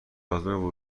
آزمون